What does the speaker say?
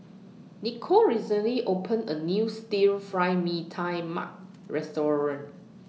Nikko recently opened A New Stir Fry Mee Tai Mak Restaurant